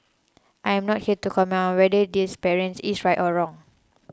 I am not here to comment on whether this parent is right or wrong